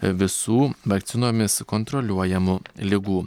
visų vakcinomis kontroliuojamų ligų